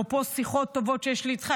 אפרופו שיחות טובות שיש לי איתך,